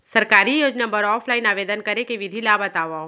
सरकारी योजना बर ऑफलाइन आवेदन करे के विधि ला बतावव